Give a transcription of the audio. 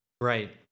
Right